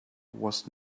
was